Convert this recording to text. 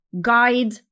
guide